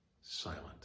silent